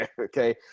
Okay